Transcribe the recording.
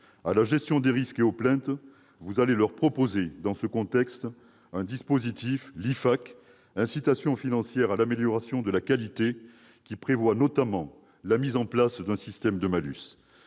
à la gestion des risques et aux plaintes, vous allez leur proposer un dispositif d'incitation financière à l'amélioration de la qualité, ou IFAQ, qui prévoit notamment la mise en place d'un système de malus.